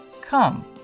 Come